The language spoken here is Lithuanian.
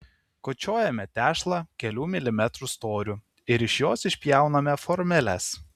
kočiojame tešlą kelių milimetrų storiu ir iš jos išpjauname formeles